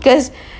cause